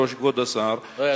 רגע, רגע.